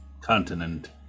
continent